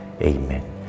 Amen